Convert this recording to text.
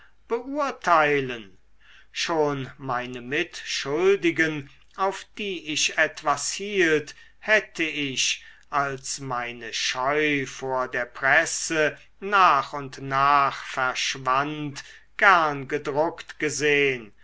beurteilen schon meine mitschuldigen auf die ich etwas hielt hätte ich als meine scheu vor der presse nach und nach verschwand gern gedruckt gesehn